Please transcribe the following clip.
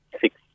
six